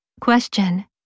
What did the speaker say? Question